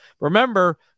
Remember